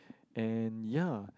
and ya